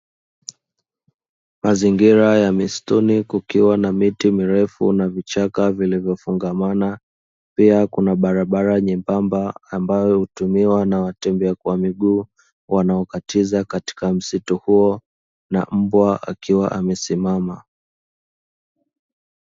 Mazingira ya msituni kukiwa na miti mirefu na vichaka vilivyofungamana pia kuna barabara nyembamba, ambayo hutumiwa na watembea kwa miguu wanaokatiza katika msitu huo na mbwa akiwa amesimama.